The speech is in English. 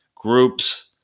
groups